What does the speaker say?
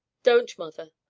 don't, mother!